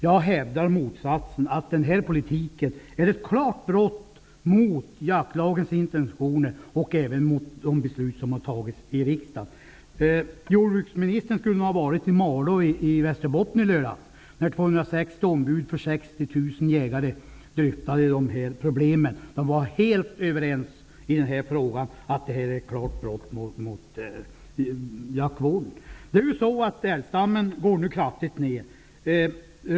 Jag hävdar motsatsen, nämligen att den här politiken är ett klart brott mot jaktlagens intentioner och även mot de beslut som har fattats i riksdagen. Jordbruksministern skulle nog ha varit i Malå i Västerbotten i lördags. Då dryftade 260 ombud för 60 000 jägare de här problemen. De var helt överens om att detta är ett klart brott mot jaktvården. Älgstammen går ju kraftigt ned.